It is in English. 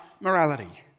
morality